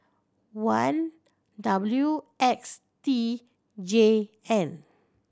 one W X T J N